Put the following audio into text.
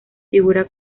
figura